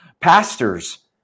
Pastors